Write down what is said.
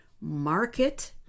market